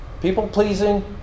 People-pleasing